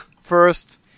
first